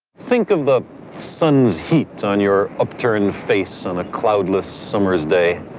think of the sun's heat on your upturned face on a cloudless summer's day.